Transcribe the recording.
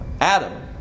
Adam